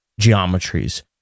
geometries